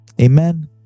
amen